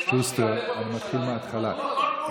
שוסטר, אני מתחיל מהתחלה.